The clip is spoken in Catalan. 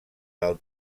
del